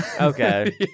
Okay